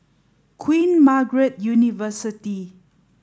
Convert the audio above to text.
Queen Margaret University